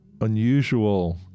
unusual